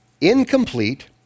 Incomplete